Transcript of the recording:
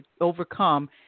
overcome